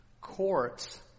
Courts